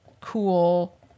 cool